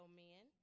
men